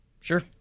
Sure